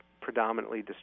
predominantly